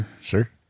Sure